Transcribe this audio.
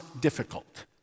difficult